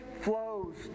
flows